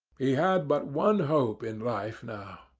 he had but one hope in life now,